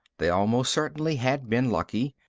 they almost certainly had been lucky,